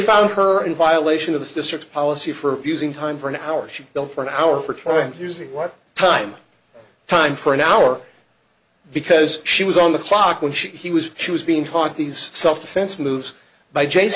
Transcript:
found her in violation of the district's policy for abusing time for an hour she felt for an hour trying to see what time time for an hour because she was on the clock when she was she was being taught these self defense moves by jason